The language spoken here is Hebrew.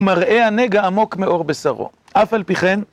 מראה הנגע עמוק מעור בשרו. אף על פי כן.